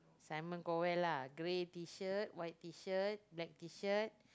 Simon-Cowell lah grey T-shirt white T-shirt black T-shirt